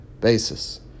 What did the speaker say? basis